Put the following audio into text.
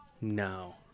No